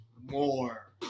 More